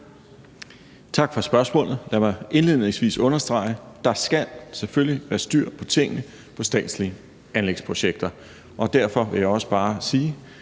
Tak for spørgsmålet. Lad mig indledningsvis understrege, at der selvfølgelig skal være styr på tingene i statslige anlægsprojekter, og derfor vil jeg også bare sige,